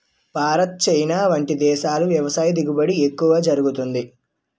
Bharat, China వంటి దేశాల్లో వ్యవసాయ దిగుబడి ఎక్కువ జరుగుతుంది